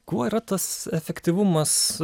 kuo yra tas efektyvumas